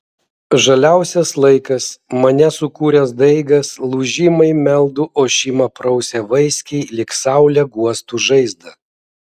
žaliausias laikas mane sukūręs daigas lūžimai meldų ošimą prausia vaiskiai lyg saulė guostų žaizdą